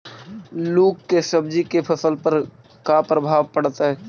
लुक से सब्जी के फसल पर का परभाव पड़तै?